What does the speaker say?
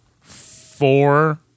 Four